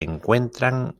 encuentran